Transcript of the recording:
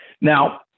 Now